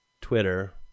Twitter